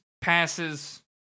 passes